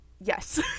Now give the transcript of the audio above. yes